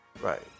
Right